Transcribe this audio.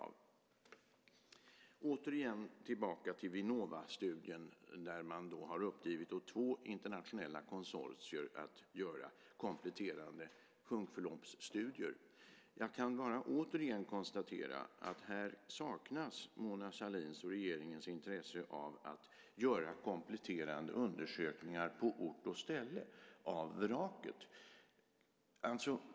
Jag kommer tillbaka till Vinnovastudien där man uppdragit åt två internationella konsortier att göra kompletterande sjunkförloppsstudier. Jag kan bara återigen konstatera att här saknas Mona Sahlins och regeringens intresse för att på ort och ställe göra kompletterande undersökningar av vraket.